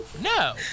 no